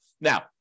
now